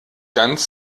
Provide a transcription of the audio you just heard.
ganz